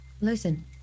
listen